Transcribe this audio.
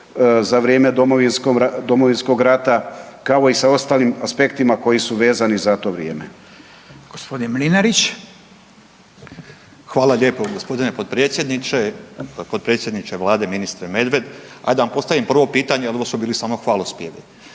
za vrijeme Domovinskog rata kao i sa ostalim aspektima koji su vezani za to vrijeme. **Radin, Furio (Nezavisni)** G. Mlinarić. **Mlinarić, Stipo (DP)** Hvala lijepo, g. potpredsjedniče. Potpredsjedniče Vlade, ministre Medved, ajde da vam postavim prvo pitanje, ono su bili samo hvalospjevi.